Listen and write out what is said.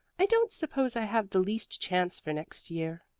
i don't suppose i have the least chance for next year.